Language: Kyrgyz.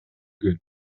күн